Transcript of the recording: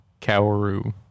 Kauru